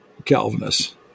Calvinists